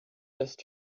just